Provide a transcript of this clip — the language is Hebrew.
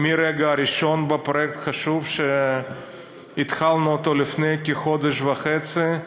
מהרגע הראשון בפרויקט חשוב שהתחלנו לפני כחודש וחצי,